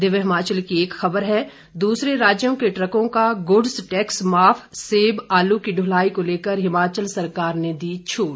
दिव्य हिमाचल की एक खबर है दूसरे राज्यों के ट्रकों का गुड्स टैक्स माफ सेब आलू की ढुलाई को लेकर हिमाचल सरकार ने दी छूट